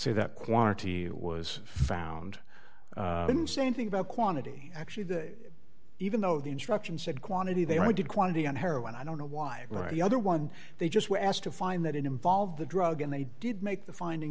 say that quantity was found in same thing about quantity actually that even though the instructions said quantity they wanted quantity on heroin i don't know why the other one they just were asked to find that it involved the drug and they did make the finding